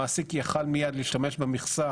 המעסיק היה יכול מיד להשתמש במכסה